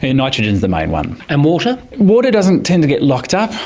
ah nitrogen is the main one. and water? water doesn't tend to get locked up.